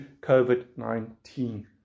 COVID-19